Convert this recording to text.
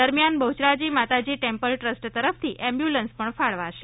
દરમ્યાન બહ્યરાજી માતાજી temple trust તરફથી એમ્બ્યુલન્સ ફાળવાશે